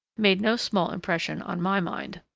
made no small impression on my mind.